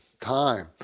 time